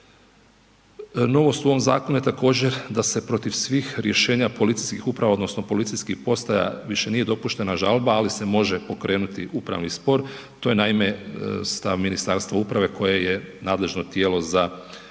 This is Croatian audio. Novost u ovom zakonu je također da se protiv svih rješenja policijskih uprava odnosno policijskih postaja više nije dopuštena žalba, ali se može pokrenuti upravni spor, to je naime stav Ministarstva uprave koje je nadležno tijelo za provedbu